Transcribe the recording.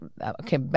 Okay